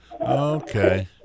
Okay